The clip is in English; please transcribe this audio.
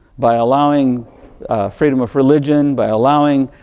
by allowing freedom of religion. by allowing